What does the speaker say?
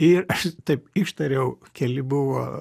ir aš taip ištariau keli buvo